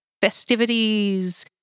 festivities